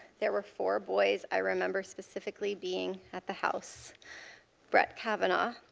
there were four boys i remember specifically being at the house rick kavanagh,